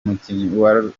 mukinnyi